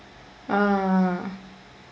ah ah